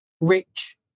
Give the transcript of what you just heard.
Rich